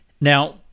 Now